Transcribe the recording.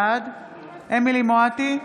בעד אמילי חיה מואטי,